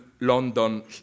London